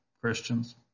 Christians